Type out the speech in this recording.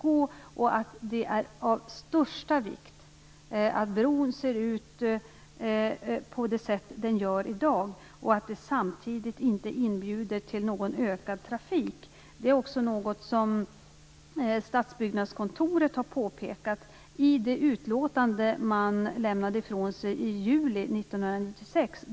Riksantikvarieämbetet anser också att det är av största vikt att bron ser ut på det sätt som den gör i dag samtidigt som det inte inbjuder till ökad trafik. Det är också något som Stadsbyggnadskontoret har påpekat i det utlåtande man lämnade ifrån sig i juli 1996.